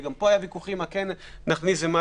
גם פה היו ויכוחים על מה שנכניס ומה